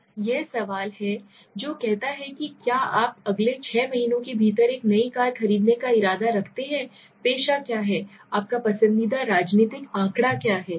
अब यह सवाल है जो कहता है कि क्या आप अगले छह महीनों के भीतर एक नई कार खरीदने का इरादा रखते हैं पेशा क्या है आपका पसंदीदा राजनीतिक आंकड़ा क्या है